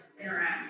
interact